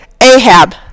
Ahab